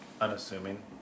Unassuming